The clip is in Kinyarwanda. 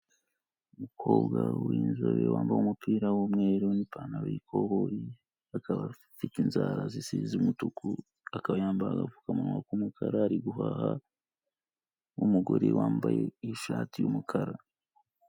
Umukobwa w'inzobe wambaye umupira w'umweru n'ipantaro y'ikoboyi, akaba afite inzara zisize umutuku, akaba yambaye agapfukamunwa k'umukara, ari guhaha n'umugore wambaye ishati y'umukara.